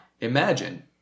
Imagine